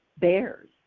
bears